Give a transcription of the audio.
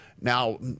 Now